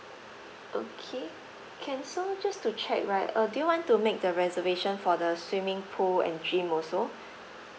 okay can so just to check right uh they want to make the reservation for the swimming pool and gym also